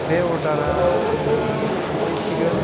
बे अर्डारआ आंना सफैसिगोन